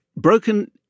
Broken